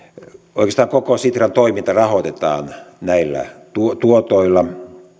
oikeastaan koko sitran toiminta rahoitetaan näillä tuotoilla